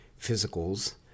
physicals